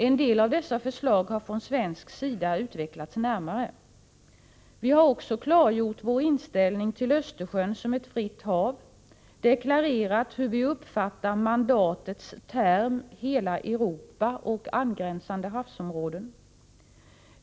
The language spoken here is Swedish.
En del av dessa förslag har från svensk sida utvecklats närmare. Vi har också klargjort vår inställning till Östersjön som ett fritt hav och deklarerat hur vi uppfattar mandatets term ”hela Europa och angränsande havsområden”.